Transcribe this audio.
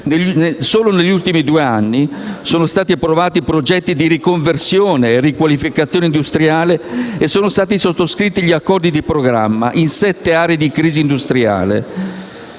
Solo negli ultimi due anni sono stati approvati progetti di riconversione e riqualificazione industriale e sono stati sottoscritti gli accordi di programma in sette aree di crisi industriale,